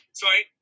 sorry